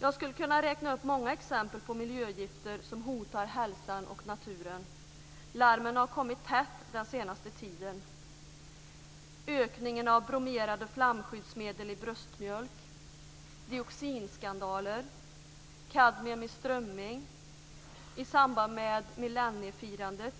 Jag skulle kunna räkna upp många exempel på miljögifter som hotar hälsan och naturen. Larmen har kommit tätt den senaste tiden: om ökning av bromerade flamskyddsmedel i bröstmjölk, dioxinskandalen, kadmium i strömming, bly i fyrverkerier i samband med millenniefirandet